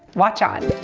watch on.